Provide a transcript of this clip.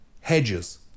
hedges